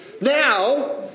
Now